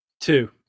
two